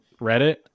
Reddit